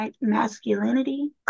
masculinity